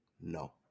no